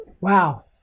wow